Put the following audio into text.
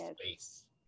space